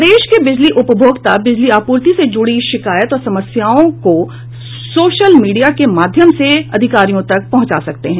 प्रदेश के बिजली उपभोक्ता बिजली आपूर्ति से जुड़ी शिकायत और समस्याओं को सोशल मीडिया के माध्यम से अधिकारियों तक पहुंचा सकते हैं